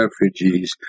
refugees